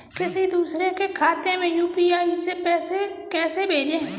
किसी दूसरे के खाते में यू.पी.आई से पैसा कैसे भेजें?